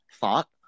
Thought